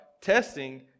testing